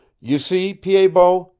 you see, pied-bot,